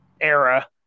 era